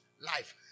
life